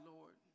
Lord